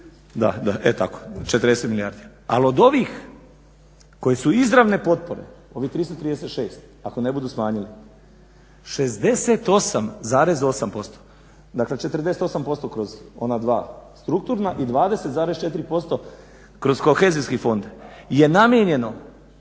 da da e tako 40 milijardi. Ali od ovih koji su izravne potpore, ovih 336 ako ne budu smanjili 68,8%. Dakle, 48% kroz ona dva strukturna, i 20,4% kroz kohezijski fond je namijenjeno,